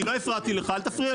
אני לא הפרעתי לך, אל תפריע לי.